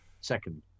second